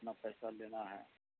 کتنا پیسہ لینا ہے